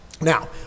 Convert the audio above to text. Now